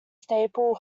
staple